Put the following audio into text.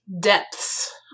depths